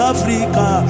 Africa